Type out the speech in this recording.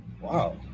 Wow